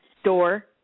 store